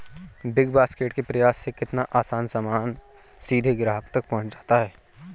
big basket के प्रयास से किसान अपना सामान सीधे ग्राहक तक पहुंचाता है